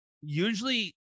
usually